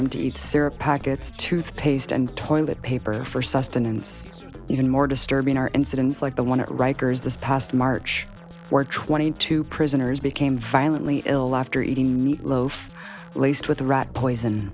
syrup packets toothpaste and toilet paper for sustenance even more disturbing are incidents like the one at rikers this past march where twenty two prisoners became violently ill after eating meat loaf laced with rat poison